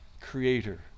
creator